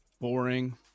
boring